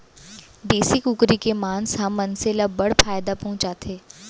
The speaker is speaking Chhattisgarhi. देसी कुकरी के मांस ह मनसे ल बड़ फायदा पहुंचाथे